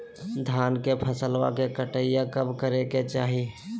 धान के फसलवा के कटाईया कब करे के चाही?